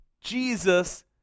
Jesus